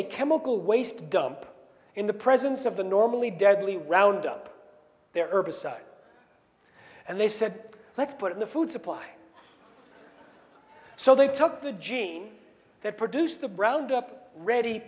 a chemical waste dump in the presence of the normally deadly roundup there herbicide and they said let's put in the food supply so they took the gene that produced the browned up ready